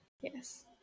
yes